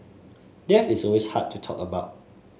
death is always hard to talk about